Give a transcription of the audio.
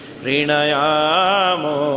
prinayamo